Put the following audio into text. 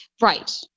right